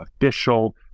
official